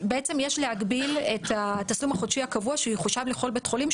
שיש להגביל את התשלום החודשי הקבוע שיחושב לכל בית חולים,